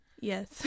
Yes